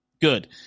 Good